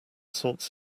sorts